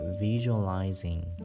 visualizing